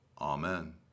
Amen